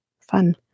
Fun